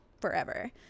forever